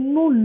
no